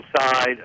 side